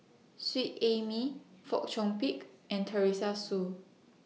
Seet Ai Mee Fong Chong Pik and Teresa Hsu